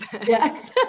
Yes